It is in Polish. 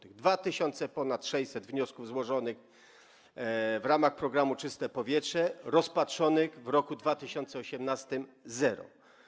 Ponad 2600 wniosków złożonych w ramach programu „Czyste powietrze”, rozpatrzonych w roku 2018 - zero.